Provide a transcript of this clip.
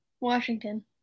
Washington